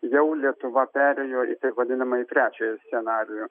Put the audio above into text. jau lietuva perėjo į taip vadinamąjį trečiąjį scenarijų